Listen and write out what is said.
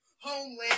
homeland